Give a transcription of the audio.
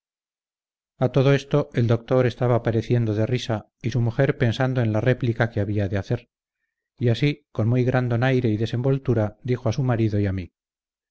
a todo esto el doctor estaba pereciendo de risa y su mujer pensando en la réplica que había de hacer y así con muy gran donaire y desenvoltura dijo a su marido y a mí